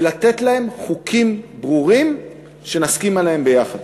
ולתת להם חוקים ברורים שנסכים עליהם ביחד.